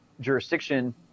Jurisdiction